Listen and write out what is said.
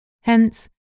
Hence